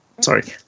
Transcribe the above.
sorry